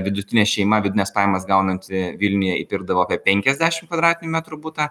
vidutinė šeima vidutines pajamas gaunanti vilniuje įpirkdavo apie penkiasdešimt kvadratinių metrų butą